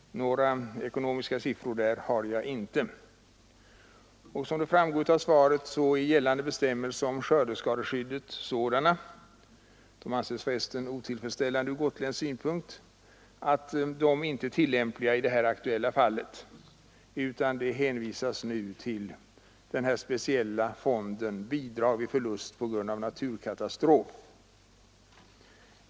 Några ekonomiska siffror för Öland har jag inte. Som framgår av svaret är gällande bestämmelser om skördeskadeskyddet sådana — de anses för resten otillfredsställande ur gotländsk synpunkt — att de inte är tillämpliga i det här aktuella fallet. Därför hänvisas nu till den speciella fonden Bidrag vid förlust på grund av naturkatastrof m.m.